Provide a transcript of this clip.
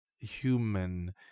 human